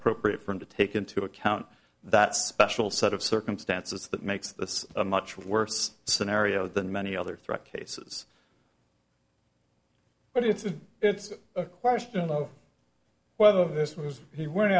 appropriate for him to take into account that special set of circumstances that makes this a much worse scenario than many other threat cases but it's it's questionable whether this means he went